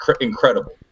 incredible